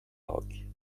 baroque